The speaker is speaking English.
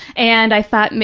and i thought,